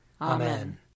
Amen